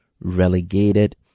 relegated